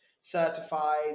certified